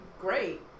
great